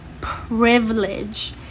privilege